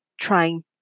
trying